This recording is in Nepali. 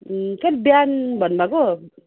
अँ कति बिहान भन्नुभएको